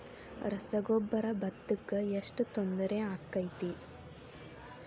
ರಸಗೊಬ್ಬರ, ಭತ್ತಕ್ಕ ಎಷ್ಟ ತೊಂದರೆ ಆಕ್ಕೆತಿ?